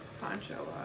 poncho